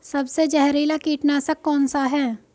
सबसे जहरीला कीटनाशक कौन सा है?